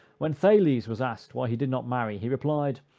when thales was asked why he did not marry, he replied,